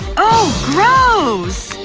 oh, gross!